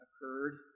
occurred